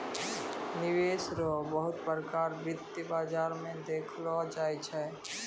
निवेश रो बहुते प्रकार वित्त बाजार मे देखलो जाय छै